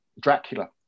Dracula